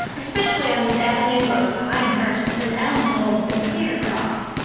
especially on this avenue of pinehursts and elmwolds and cedarcrofts?